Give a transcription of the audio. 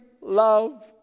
love